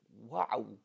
wow